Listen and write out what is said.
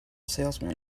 salesman